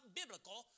biblical